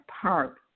Park